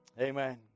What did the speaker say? Amen